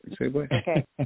Okay